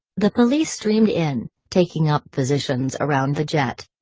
the police streamed in, taking up positions around the jet.